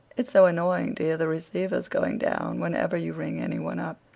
it's so annoying to hear the receivers going down whenever you ring anyone up.